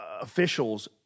Officials